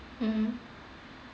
mm